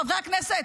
חברי הכנסת,